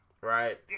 Right